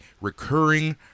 recurring